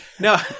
No